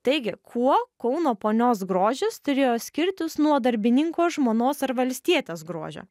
taigi kuo kauno ponios grožis turėjo skirtis nuo darbininko žmonos ar valstietės grožio